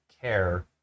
care